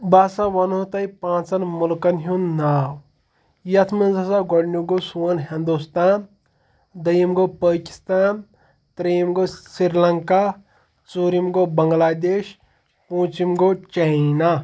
بہٕ ہَسا وَنہو تۄہہِ پانٛژَن مُلکَن ہُنٛد ناو یَتھ منٛز ہَسا گۄڈنیُک گوٚو سون ہِنٛدوستان دٔیِم گوٚو پٲکِستان ترٛیِم گوٚو سری لنٛکا ژوٗرِم گوٚو بَنٛگلادیش پوٗنٛژِم گوٚو چاینا